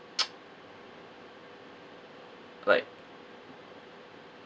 like